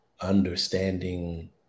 understanding